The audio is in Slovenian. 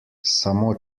samo